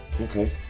Okay